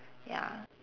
ya